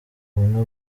ubumwe